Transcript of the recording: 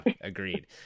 agreed